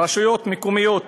רשויות מקומיות